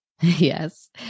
Yes